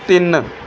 ਤਿੰਨ